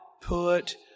put